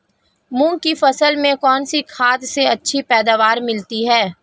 मूंग की फसल में कौनसी खाद से अच्छी पैदावार मिलती है?